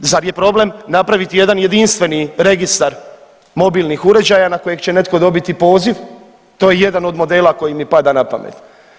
Zar je problem napraviti jedan jedinstveni registar mobilnih uređaja na kojeg će netko dobiti poziv, to je jedan od modela koji mi pada na pamet.